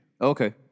Okay